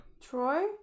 troy